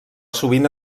sovint